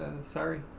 Sorry